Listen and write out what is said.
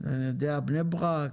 בני ברק,